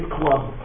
club